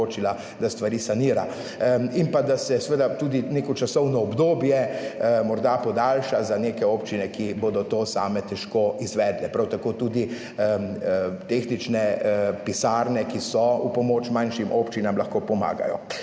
da stvari sanira in pa, da se seveda tudi neko časovno obdobje morda podaljša za neke občine, ki bodo to same težko izvedle, prav tako tudi tehnične pisarne, ki so v pomoč manjšim občinam lahko pomagajo.